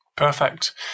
Perfect